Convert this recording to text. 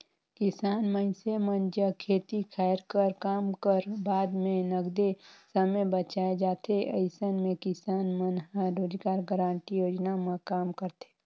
किसान मइनसे मन जग खेती खायर कर काम कर बाद भी नगदे समे बाएच जाथे अइसन म किसान मन ह रोजगार गांरटी योजना म काम करथे